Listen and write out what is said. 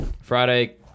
Friday